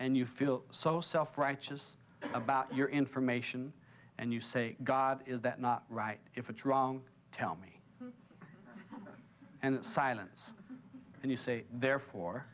and you feel so self righteous about your information and you say god is that not right if it's wrong tell me and silence and you say therefore